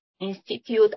institute